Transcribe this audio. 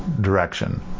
direction